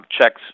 checks